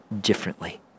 differently